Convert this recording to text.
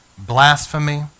blasphemy